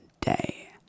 day